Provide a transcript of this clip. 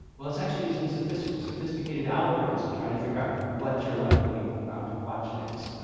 well, it's actually using sophisticated sophisticated algorithms to try to figure out what you're likely to watch next.